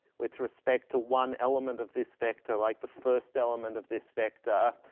with respect to one element of this vector like the first element of this vector.